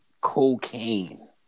cocaine